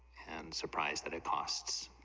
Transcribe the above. and surprise that it costs